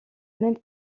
même